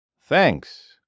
Thanks